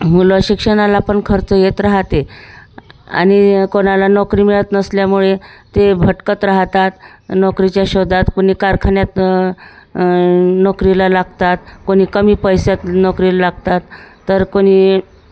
मुलं शिक्षणाला पण खर्च येत राहते आणि कोणाला नोकरी मिळत नसल्यामुळे ते भटकत राहतात नोकरीच्या शोधात कुणी कारखान्यात नोकरीला लागतात कोणी कमी पैशात नोकरीला लागतात तर कोणी